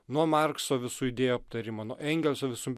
nuo markso visų idėjų aptarimo nuo engelso visų